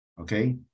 Okay